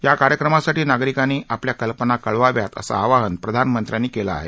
या कार्यक्रमासाठी नागरिकांनी आपल्या कल्पना कळवाव्यात असं आवाहन प्रधानमंत्र्यांनी केलं आहे